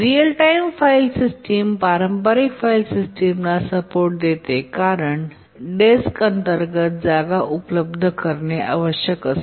real time file system पारंपारिक file सिस्टमला support देते कारण डेस्क अंतर्गत जागा उपलब्ध करणे आवश्यक असते